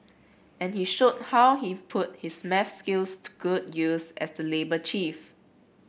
and he showed how he put his maths skills to good use as the labour chief